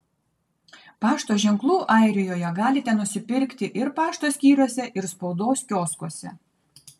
pašto ženklų airijoje galite nusipirkti ir pašto skyriuose ir spaudos kioskuose